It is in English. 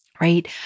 right